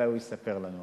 אולי הוא יספר לנו,